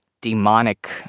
demonic